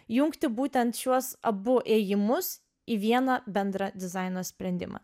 jungti būtent šiuos abu ėjimus į vieną bendrą dizaino sprendimą